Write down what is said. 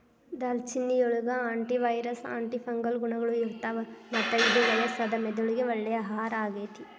ದಾಲ್ಚಿನ್ನಿಯೊಳಗ antiviral, antifungal ಗುಣಗಳು ಇರ್ತಾವ, ಮತ್ತ ಇದು ವಯಸ್ಸಾದ ಮೆದುಳಿಗೆ ಒಳ್ಳೆ ಆಹಾರ ಆಗೇತಿ